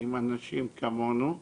עם אנשים כמונו.